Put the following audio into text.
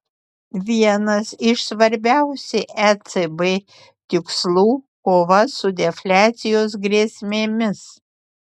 vienas iš svarbiausių ecb tikslų kova su defliacijos grėsmėmis